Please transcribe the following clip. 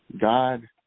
God